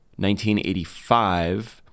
1985